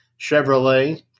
Chevrolet